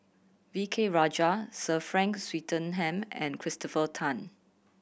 V K Rajah Sir Frank Swettenham and Christopher Tan